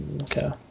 okay